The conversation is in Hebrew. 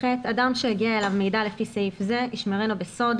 אדם שהגיע אליו מידע לפי סעיף זה ישמרנו בסוד,